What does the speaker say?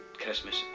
Christmas